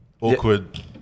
Awkward